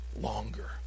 longer